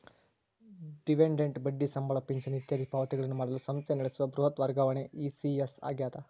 dividend ಬಡ್ಡಿ ಸಂಬಳ ಪಿಂಚಣಿ ಇತ್ಯಾದಿ ಪಾವತಿಗಳನ್ನು ಮಾಡಲು ಸಂಸ್ಥೆ ನಡೆಸುವ ಬೃಹತ್ ವರ್ಗಾವಣೆ ಇ.ಸಿ.ಎಸ್ ಆಗ್ಯದ